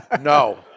No